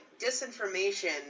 disinformation